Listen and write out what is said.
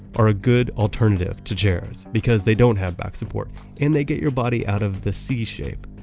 are a good alternative to chairs because they don't have back support and they get your body out of the c shape.